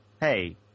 hey